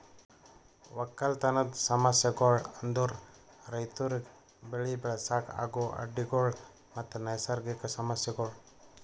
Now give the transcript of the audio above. ಒಕ್ಕಲತನದ್ ಸಮಸ್ಯಗೊಳ್ ಅಂದುರ್ ರೈತುರಿಗ್ ಬೆಳಿ ಬೆಳಸಾಗ್ ಆಗೋ ಅಡ್ಡಿ ಗೊಳ್ ಮತ್ತ ನೈಸರ್ಗಿಕ ಸಮಸ್ಯಗೊಳ್